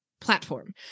platform